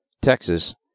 Texas